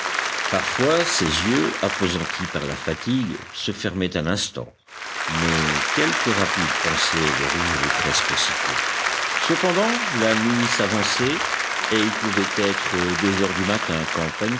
parfois ses yeux appesantis par la fatigue se fermaient un instant mais quelque rapide pensée les rouvrait presque aussitôt cependant la nuit s'avançait et il pouvait être deux heures du matin quand